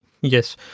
Yes